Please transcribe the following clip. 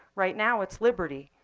right now it's liberty.